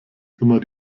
immer